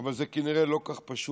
אבל זה כנראה לא כל כך פשוט,